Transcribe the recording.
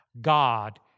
God